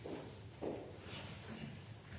og